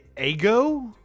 Ego